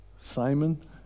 Simon